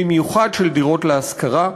במיוחד של דירות להשכרה,